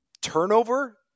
turnover